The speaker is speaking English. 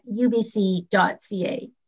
ubc.ca